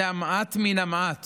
זה המעט מן המעט